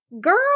girl